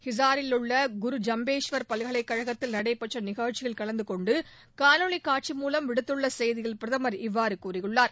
ஹிசாரில் உள்ள குரு ஜம்பேஷ்வர் பல்கலைக்கழகத்தில் நடைபெற்ற நிகழ்ச்சியில் கலந்தகொண்டு காணொலி காட்சி மூலம் விடுத்துள்ள செய்தியில் பிரதமர் இவ்வாறு கூறியுள்ளார்